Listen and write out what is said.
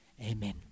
Amen